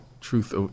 truth